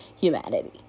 humanity